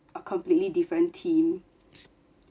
a completely different team